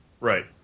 Right